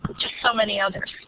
but just so many others.